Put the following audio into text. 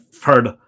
heard